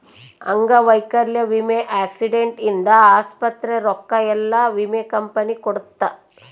ಅಂಗವೈಕಲ್ಯ ವಿಮೆ ಆಕ್ಸಿಡೆಂಟ್ ಇಂದ ಆಸ್ಪತ್ರೆ ರೊಕ್ಕ ಯೆಲ್ಲ ವಿಮೆ ಕಂಪನಿ ಕೊಡುತ್ತ